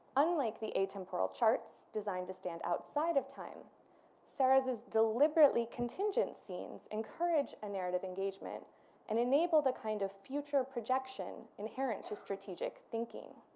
unlike the atemporal charts designed to stand outside of time serres is deliberately contingent scenes encourage a narrative engagement and enable the kind of future projection inherent to strategic thinking.